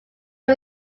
are